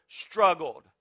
struggled